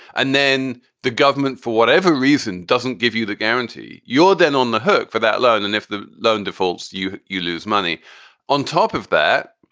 and then the government, for whatever reason, doesn't give you the guarantee, you're then on the hook for that loan. and if the loan defaults, you you lose money on top of that.